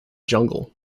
jungle